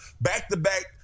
back-to-back